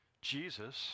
Jesus